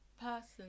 person